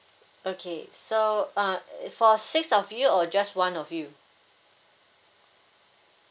okay so uh for six of you or just one of you